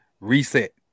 reset